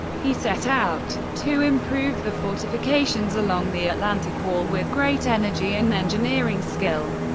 he set out to improve the fortifications along the atlantic wall with great energy and engineering skill.